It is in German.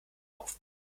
auf